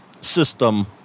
system